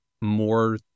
more